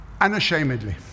Unashamedly